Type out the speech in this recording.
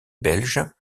belge